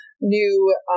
New